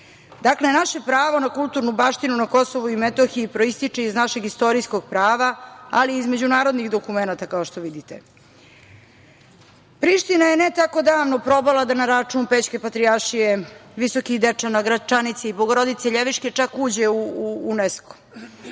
Dakle, naše pravo na kulturnu baštinu na Kosovu i Metohiji proističe iz našeg istorijskog prava, ali i iz međunarodnih dokumenata, kao što vidite. Priština je ne tako davno probala da na račun Pećke Patrijaršije, Visokih Dečana, Gračanice i Bogorodice Ljeviške čak uđe u UNESCO.